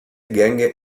gänge